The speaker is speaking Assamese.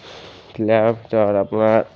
প্লেয়াৰৰ ভিতৰত আপোনাৰ